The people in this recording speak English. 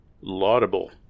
Laudable